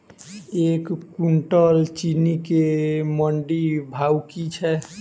एक कुनटल चीनी केँ मंडी भाउ की छै?